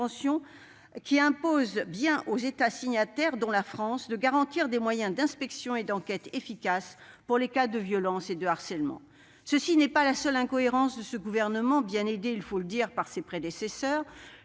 impose bien aux États signataires, dont la France, de garantir des moyens d'inspection et d'enquête efficaces pour les cas de violence et de harcèlement ? Ce n'est pas la seule incohérence de ce gouvernement, bien aidé, il faut le dire, par ses prédécesseurs.